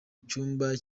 cyumba